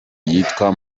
yitwa